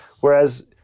Whereas